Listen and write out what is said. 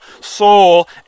soul